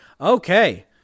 okay